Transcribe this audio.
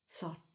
thought